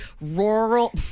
Rural